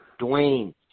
Dwayne